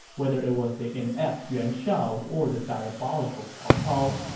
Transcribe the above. whether it was the inept yuan shao or the diabolical cao cao.